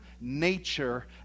nature